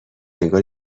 انگار